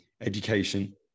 education